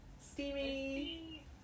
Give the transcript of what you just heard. Steamy